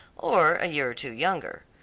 or a year or two younger.